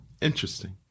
Interesting